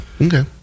Okay